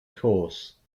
course